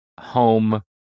home